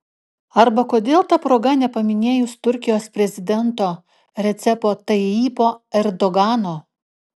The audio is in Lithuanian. arba kodėl ta proga nepaminėjus turkijos prezidento recepo tayyipo erdogano